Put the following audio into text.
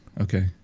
Okay